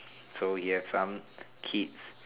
so he has some kids